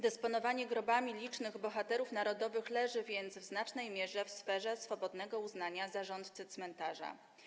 Dysponowanie grobami licznych bohaterów narodowych leży więc w znacznej mierze w sferze swobodnego uznania zarządcy cmentarza.